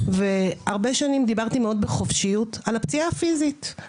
הרבה שנים דיברתי מאוד בחופשיות על הפציעה הפיזית,